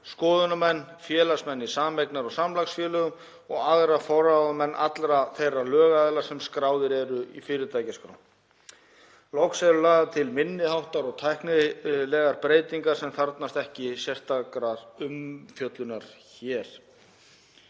skoðunarmenn, félagsmenn í sameignar- og samlagsfélögum og aðra forráðamenn allra þeirra lögaðila sem skráðir eru í fyrirtækjaskrá. Loks eru lagðar til minni háttar eða lagatæknilegar breytingar sem þarfnast ekki sérstakrar umfjöllunar hér.